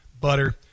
butter